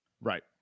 Right